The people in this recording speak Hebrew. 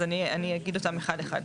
אז אני אגיד אותם אחד אחד.